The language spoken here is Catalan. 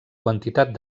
quantitat